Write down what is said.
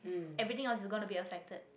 everything else is gonna be affected